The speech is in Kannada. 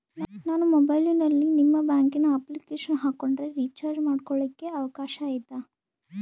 ನಾನು ಮೊಬೈಲಿನಲ್ಲಿ ನಿಮ್ಮ ಬ್ಯಾಂಕಿನ ಅಪ್ಲಿಕೇಶನ್ ಹಾಕೊಂಡ್ರೆ ರೇಚಾರ್ಜ್ ಮಾಡ್ಕೊಳಿಕ್ಕೇ ಅವಕಾಶ ಐತಾ?